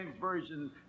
Version